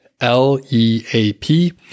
L-E-A-P